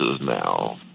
now